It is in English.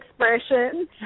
expression